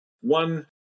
One